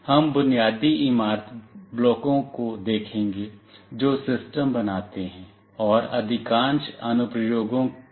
हम बुनियादी इमारत ब्लॉकों को देखेंगे जो सिस्टम बनाते हैं और अधिकांश अनुप्रयोगों में समान हैं